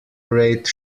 rate